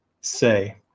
say